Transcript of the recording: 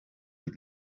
lady